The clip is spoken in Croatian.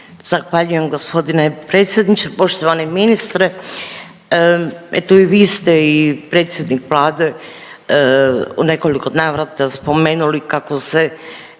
Zahvaljujem gospodine predsjedniče. Poštovani ministre eto i vi ste i predsjednik Vlade u nekoliko navrata spomenuli kako se